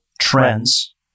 trends